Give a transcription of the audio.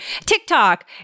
TikTok